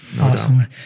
Awesome